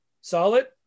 Solid